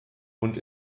und